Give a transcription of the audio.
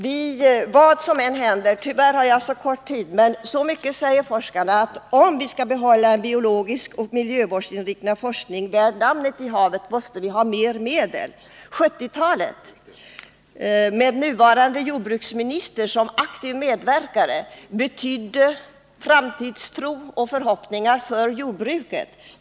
Tyvärr har jag så kort tid på mig, men jag vill nämna att så mycket säger forskarna som att om vi skall behålla en biologisk och miljövårdsinriktad forskning värd namnet i havet måste vi ha mer medel till det. 1970-talet betydde — med nuvarande jordbruksministern som aktiv medverkare — framtidstro och förhoppningar för jordbruket.